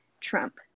Trump